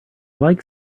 like